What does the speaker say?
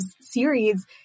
series